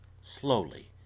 slowly